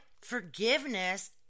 forgiveness